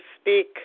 speak